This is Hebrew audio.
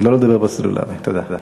לא לדבר בסלולרי, תודה.